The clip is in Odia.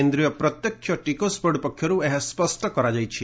କେନ୍ଦ୍ରୀୟ ପ୍ରତ୍ୟକ୍ଷ ଟିକସ ବୋର୍ଡ ପକ୍ଷରୁ ଏହା ସ୍ୱଷ୍ଟ କରାଯାଇଛି